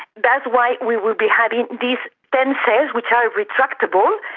that's why we will be having these ten sails which are retractable,